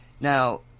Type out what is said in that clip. now